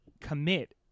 commit